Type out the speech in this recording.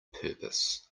purpose